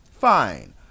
fine